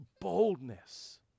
Boldness